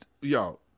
Yo